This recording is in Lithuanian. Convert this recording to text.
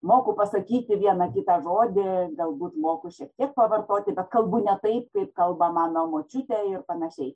moku pasakyti vieną kitą žodį galbūt moku šiek tiek pavartoti bet kalbu ne taip kaip kalba mano močiutė ir panašiai